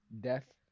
Death